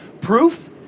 Proof